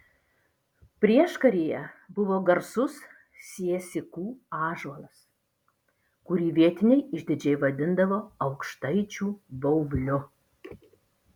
prieškaryje buvo garsus siesikų ąžuolas kurį vietiniai išdidžiai vadindavo aukštaičių baubliu